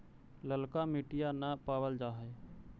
ललका मिटीया न पाबल जा है?